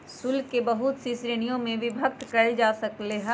शुल्क के बहुत सी श्रीणिय में विभक्त कइल जा सकले है